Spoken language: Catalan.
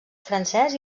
francès